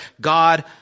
God